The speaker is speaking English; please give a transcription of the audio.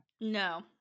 No